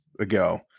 ago